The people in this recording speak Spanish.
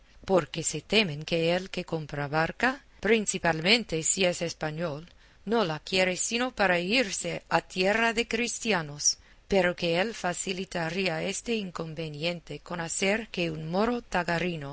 porque se temen que el que compra barca principalmente si es español no la quiere sino para irse a tierra de cristianos pero que él facilitaría este inconveniente con hacer que un moro